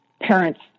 parents